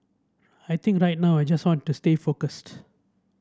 I think right now I just want to stay focused